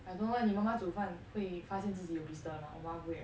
I don't know leh 你妈妈煮饭会发现自己有 blister mah 我妈妈不会 leh